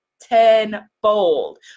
tenfold